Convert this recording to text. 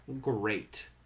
great